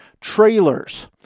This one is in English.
trailers